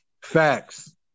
Facts